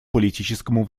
политическому